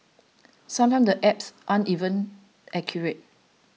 sometimes the apps aren't even accurate